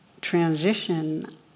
transition